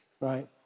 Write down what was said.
right